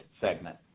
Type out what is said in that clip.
segment